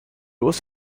was